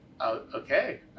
okay